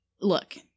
Look